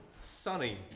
sunny